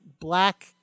black